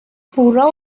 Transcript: هورا